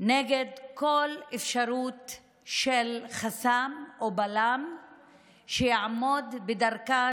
נגד כל אפשרות של חסם או בלם שיעמוד בדרכה